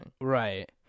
Right